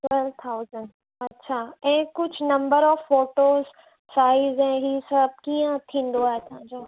twelve thousand अछा ऐं कुझु नम्बर ऑफ़ फ़ोटोज़ साइज़ ऐं ही सभु कीअं थींदो आहे तव्हां जो